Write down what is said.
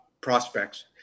prospects